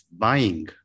buying